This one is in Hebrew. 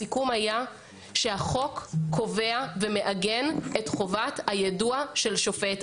הסיכום היה שהחוק קובע ומעגן את חובת היידוע של שופט.